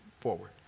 forward